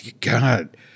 God